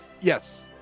Yes